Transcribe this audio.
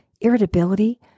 irritability